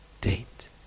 date